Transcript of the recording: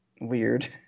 weird